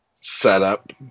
setup